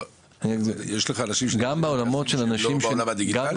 יש לך אנשים שהם לא בעולם הדיגיטלי?